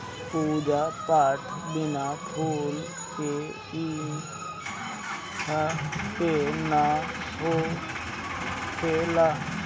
पूजा पाठ बिना फूल के इहां पे ना होखेला